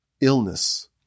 illness